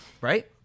right